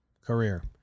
Career